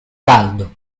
caldo